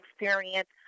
experience